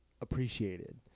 appreciated